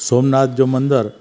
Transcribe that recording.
सोमनाथ जो मंदर